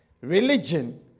religion